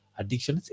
addiction